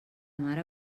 mare